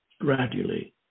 Gradually